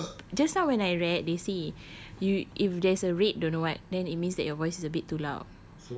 no just now when I read they say you if there's a red don't know what then it means your voice is a bit too loud